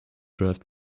draft